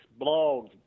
blogs